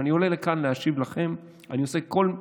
כשאני עולה לכאן להשיב לכם אני עושה כל מה